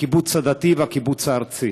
הקיבוץ הדתי והקיבוץ הארצי.